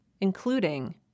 including